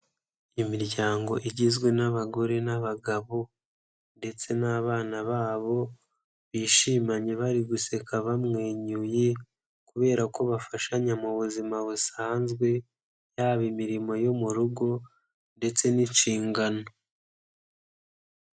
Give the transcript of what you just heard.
Imiryango igizwe n'abagore n'abagabo ndetse n'abana babo bishimanye bari guseka bamwenyuye kubera ko bafashanya mu buzima busanzwe yaba imirimo yo mu rugo ndetse n'inshingano.